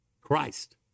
Christ